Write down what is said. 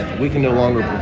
we can no longer